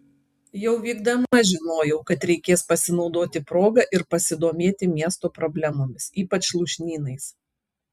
jau vykdama žinojau kad reikės pasinaudoti proga ir pasidomėti miesto problemomis ypač lūšnynais